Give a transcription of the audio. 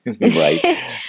right